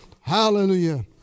Hallelujah